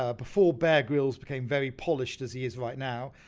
ah before bear grylls became very polished as he is right now,